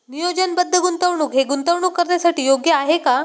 नियोजनबद्ध गुंतवणूक हे गुंतवणूक करण्यासाठी योग्य आहे का?